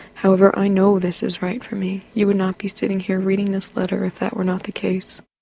however i know this is right for me, you would not be sitting here reading this letter if that were not the case.